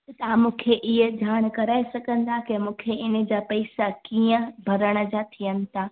तव्हां मूंखे इहो ॼाण कराए सघंदा की मूंखे हिनजा पैसा कीअं भरण जा थियनि था